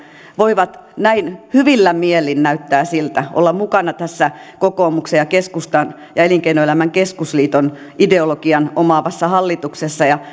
voivat näin hyvillä mielin näyttää siltä olla mukana tässä kokoomuksen ja keskustan ja elinkeinoelämän keskusliiton ideologian omaavassa hallituksessa ja